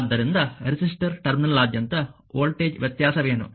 ಆದ್ದರಿಂದ ರೆಸಿಸ್ಟರ್ ಟರ್ಮಿನಲ್ನಾದ್ಯಂತ ವೋಲ್ಟೇಜ್ ವ್ಯತ್ಯಾಸವೇನು